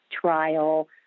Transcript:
trial